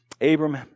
Abram